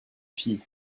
fille